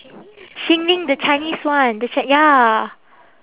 xin lin the chinese one the chi~ ya